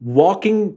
walking